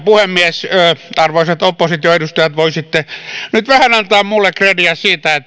puhemies arvoisat opposition edustajat voisitte nyt vähän antaa minulle krediä siitä